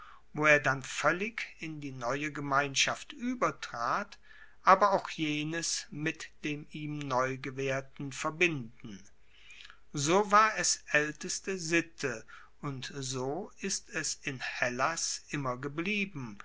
wo er dann voellig in die neue gemeinschaft uebertrat aber auch jenes mit dem ihm neu gewaehrten verbinden so war es aelteste sitte und so ist es in hellas immer geblieben